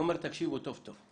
היא אומרת, תקשיבו טוב-טוב,